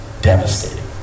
devastating